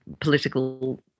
political